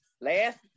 last